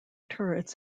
turrets